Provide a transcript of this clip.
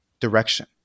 direction